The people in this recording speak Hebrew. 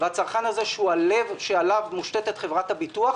הצרכן הזה שהוא הלב שעליו מושתתת חברת הביטוח,